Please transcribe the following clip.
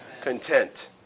Content